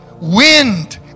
wind